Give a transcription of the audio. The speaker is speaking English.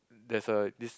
that's a this